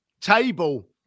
table